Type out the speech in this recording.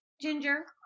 Ginger